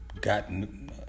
gotten